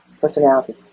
personality